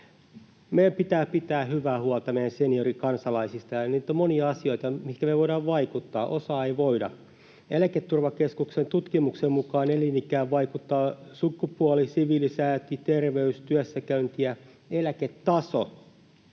Meidän pitää pitää hyvää huolta meidän seniorikansalaisistamme, ja nyt on monia asioita, joihin me voidaan vaikuttaa, osaan ei voida. Eläketurvakeskuksen tutkimuksen mukaan elinikään vaikuttavat sukupuoli, siviilisääty, terveys, työssäkäynti ja eläketaso,